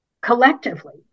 collectively